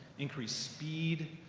increase speed.